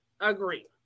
Agree